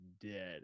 dead